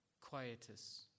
Quietus